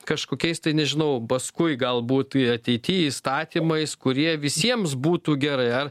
kažkokiais tai nežinau paskui galbūt ateity įstatymais kurie visiems būtų gerai